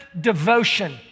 devotion